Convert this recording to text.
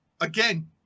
Again